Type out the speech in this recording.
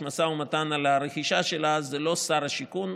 משא ומתן על הרכישה שלה זה לא שר השיכון.